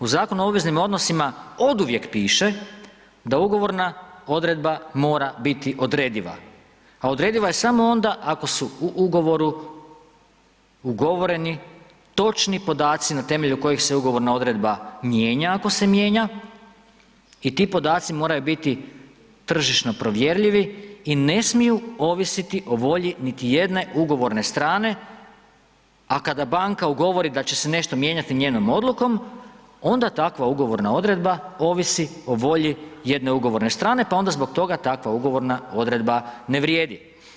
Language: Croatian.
U Zakonu o obveznim odnosima oduvijek piše da ugovorna odredba mora biti odrediva, a odrediva je samo onda ako su u ugovoru ugovoreni točni podaci na temelju kojih se ugovorna odredba mijenja, ako se mijenja, i ti podaci moraju biti tržišno provjerljivi, i ne smiju ovisiti o volji niti jedne ugovorne strane, a kada Banka ugovori da će se nešto mijenjati njenom odlukom, onda takva ugovorna odredba ovisi o volji jedne ugovorne strane, pa onda zbog toga takva ugovorna odredba na vrijedi.